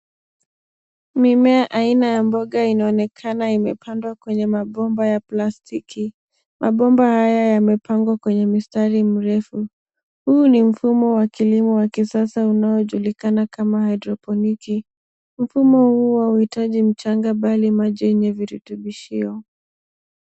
Mimea aina ya mboga inaonekana imepandwa kwenye mabomba ya plastiki. Mabomba haya yamepangwa kwenye mistari mirefu. Huu ni mfumo wa kilimo wa kisasa unaojulikana kama haidroponiki. Mfumo huo hauhitaji mchanga bali maji yenye virutubishio.